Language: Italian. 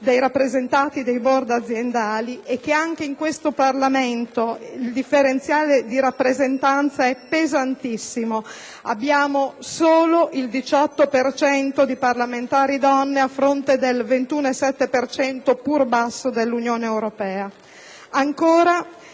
dei rappresentanti dei *board* aziendali e che anche in questo Parlamento il differenziale di rappresentanza è pesantissimo: abbiamo solo il 18 per cento di parlamentari donne, a fronte del 21,7 per cento, pur basso, dell'Unione europea. Ancora,